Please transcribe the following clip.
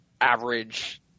average